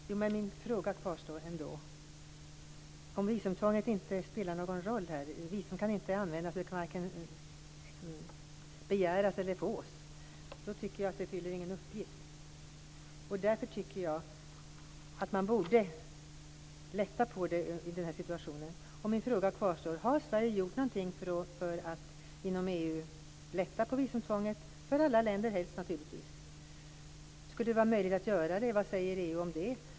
Fru talman! Min fråga kvarstår ändå. Om visumtvånget inte spelar någon roll här, visum kan varken begäras eller fås, så tycker jag inte att det fyller någon funktion. Därför tycker jag att man borde lätta på det i den här situationen. Och min fråga kvarstår: Har Sverige gjort någonting för att inom EU lätta på visumtvånget - helst naturligtvis för alla länder? Skulle det vara möjligt att göra det? Vad säger EU om det?